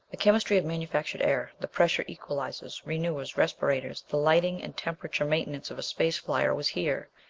the chemistry of manufactured air, the pressure equalizers, renewers, respirators, the lighting and temperature maintenance of a space-flyer was here.